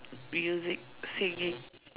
music singing